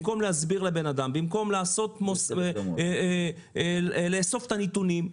במקום להסביר לבן אדם, במקום לאסוף את הנתונים.